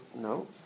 No